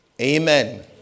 Amen